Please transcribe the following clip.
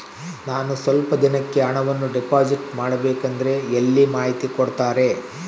ನಾನು ಸ್ವಲ್ಪ ದಿನಕ್ಕೆ ಹಣವನ್ನು ಡಿಪಾಸಿಟ್ ಮಾಡಬೇಕಂದ್ರೆ ಎಲ್ಲಿ ಮಾಹಿತಿ ಕೊಡ್ತಾರೆ?